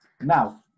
now